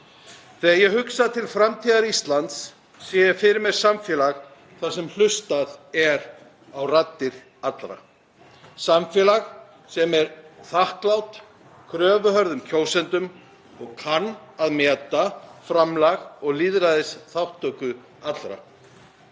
Þegar ég hugsa til framtíðar Íslands sé ég fyrir mér samfélag þar sem hlustað er á raddir allra. Samfélag sem er þakklátt kröfuhörðum kjósendum og kann að meta framlag og lýðræðisþátttöku allra.